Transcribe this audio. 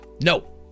No